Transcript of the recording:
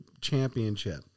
Championship